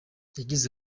yagize